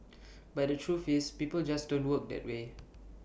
but the truth is people just don't work that way